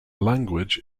language